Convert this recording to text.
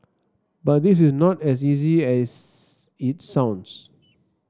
but this is not as easy as it sounds